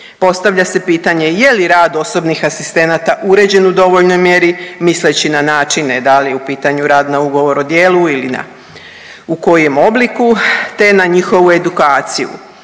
Postavlja se pitanje je li rad osobnih asistenata uređen u dovoljnoj mjeri misleći na načine da li je u pitanju rad na Ugovor o djelu ili u kojem obliku, te na njihovu edukaciju.